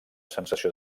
sensació